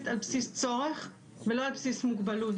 על בסיס צורך ולא על בסיס מוגבלות.